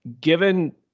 given